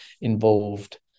involved